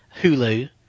Hulu